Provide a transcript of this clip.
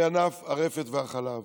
בענף הרפת והחלב